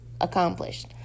accomplished